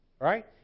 right